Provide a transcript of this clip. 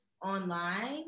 online